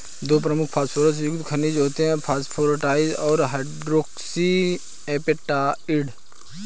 दो प्रमुख फॉस्फोरस युक्त खनिज होते हैं, फ्लोरापेटाइट और हाइड्रोक्सी एपेटाइट